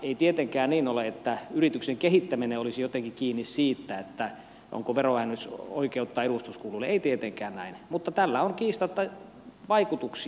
ei tietenkään niin ole että yrityksen kehittäminen olisi jotenkin kiinni siitä onko verovähennysoikeutta edustuskuluille ei tietenkään näin mutta tällä on kiistatta vaikutuksia